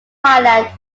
thailand